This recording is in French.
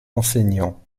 enseignant